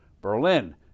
Berlin